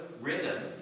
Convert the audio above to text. rhythm